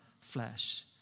flesh